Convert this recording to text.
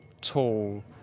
tall